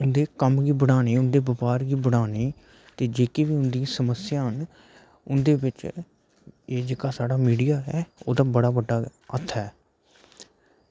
उंदे कम्म बी बढ़ाने ते बगार बी बढ़ाने ते जेह्की उंदी समस्या होन उंदे बिच एह् जेह्का साढ़ा मीडिया ऐ एह् उंदा बड़ा बड्डा हत्थ ऐ